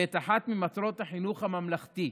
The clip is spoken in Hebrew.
ואת אחת ממטרות החינוך הממלכתי.